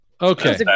Okay